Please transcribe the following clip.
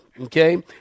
Okay